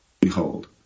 Behold